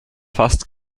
fast